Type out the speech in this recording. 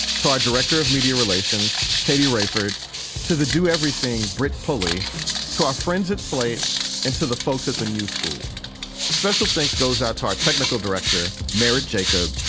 to our director of media relations, katie raiford to the do everything brit pully to our friends at slate and to the folks at the new school special thanks goes out to our technical director, merritt jacob,